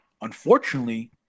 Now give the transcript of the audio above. Unfortunately